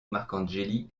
marcangeli